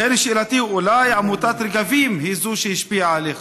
לכן שאלתי: אולי עמותת רגבים היא זו שהשפיעה עליך?